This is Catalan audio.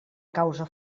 causa